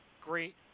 great